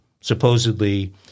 supposedly